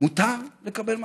מותר לקבל מתנות?